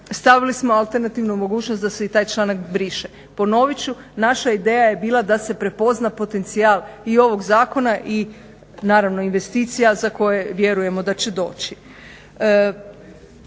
stavili smo alternativnu mogućnost da se i taj članak briše. Ponovit ću, naša ideja je bila da se prepozna potencijal i ovog zakona i naravno investicija za koje vjerujemo da će doći.